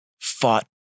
fought